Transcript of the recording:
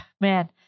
man